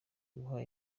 guha